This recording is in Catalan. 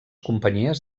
companyies